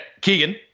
Keegan